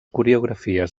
coreografies